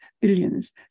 billions